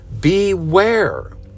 beware